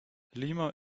lima